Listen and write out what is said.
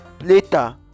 Later